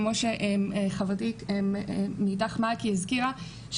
כמו שחברתי "מאיתך מעכי" הזכירה,